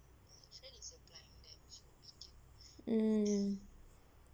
mm